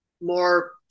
more